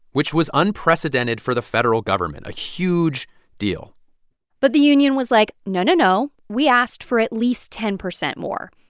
which was unprecedented for the federal government a huge deal but the union was like, no, no, no. we asked for at least ten percent more,